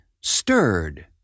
Stirred